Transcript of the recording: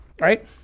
right